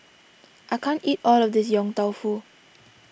I can't eat all of this Yong Tau Foo